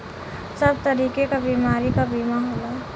सब तरीके क बीमारी क बीमा होला